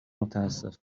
متاسف